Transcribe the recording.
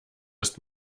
ist